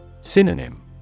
Synonym